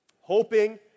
hoping